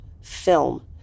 film